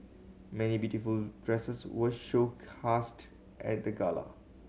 many beautiful dresses were showcased at the gala